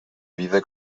vida